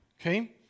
Okay